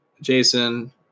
Jason